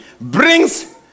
brings